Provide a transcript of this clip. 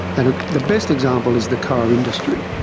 and ah the best example is the car industry,